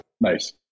Nice